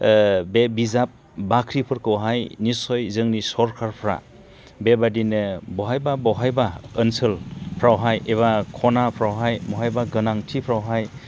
बे बिजाब बाख्रिफोरखौहाय निसय जोंनि सरखारफ्रा बेबादिनो बहायबा बहायबा ओनसोलफ्रावहाय एबा खनाफ्रावहाय बहायबा गोनांथिफ्रावहाय